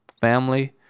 family